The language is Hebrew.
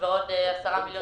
מרכז פתח תקווה,